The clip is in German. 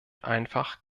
einfach